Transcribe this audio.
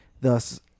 thus